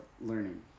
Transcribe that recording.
learning